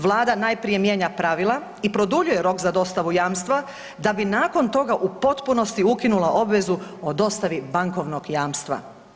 Vlada najprije mijenja pravila i produljuje rok za dostavu jamstva da bi nakon toga u potpunosti ukinula obvezu o dostavi bankovnog jamstva.